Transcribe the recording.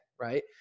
right